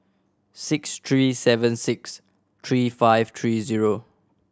six three seven six three five three zero